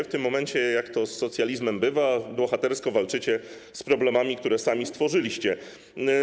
W tym momencie, jak to z socjalizmem bywa, bohatersko walczycie z problemami, które sami stworzyliście.